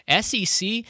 SEC